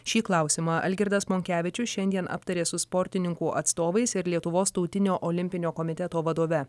šį klausimą algirdas monkevičius šiandien aptarė su sportininkų atstovais ir lietuvos tautinio olimpinio komiteto vadove